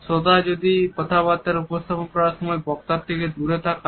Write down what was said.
শ্রোতা যদি কথাবার্তা উপস্থাপনার সময় বক্তার থেকে দূরে তাকান